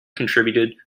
contributed